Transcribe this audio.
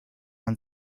man